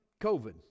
COVID